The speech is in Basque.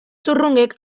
zurrungek